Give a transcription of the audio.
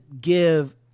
give